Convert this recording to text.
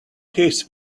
his